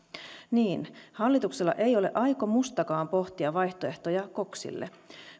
niin hallituksella ei ole aikomustakaan pohtia vaihtoehtoja koksille